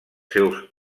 seus